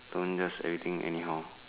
don't just everything anyhow